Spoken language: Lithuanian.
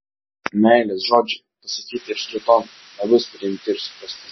meilės žodžiai pasakyti irzliu tonu nebus priimti ir suprasti